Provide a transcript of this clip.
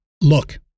look